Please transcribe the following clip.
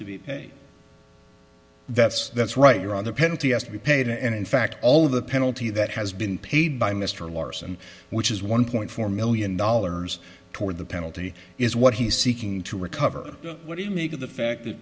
be that's that's right your other penalty has to be paid and in fact all of the penalty that has been paid by mr larson which is one point four million dollars toward the penalty is what he's seeking to recover what do you make of the fact that